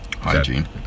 Hygiene